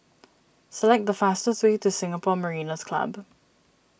select the fastest way to Singapore Mariners' Club